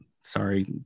Sorry